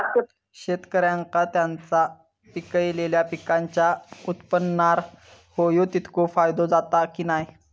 शेतकऱ्यांका त्यांचा पिकयलेल्या पीकांच्या उत्पन्नार होयो तितको फायदो जाता काय की नाय?